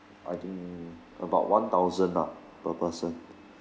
I think about one thousand ah per person